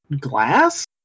Glass